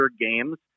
games